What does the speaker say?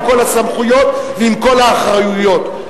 עם כל הסמכויות ועם כל האחריויות.